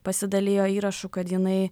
pasidalijo įrašu kad jinai